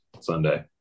Sunday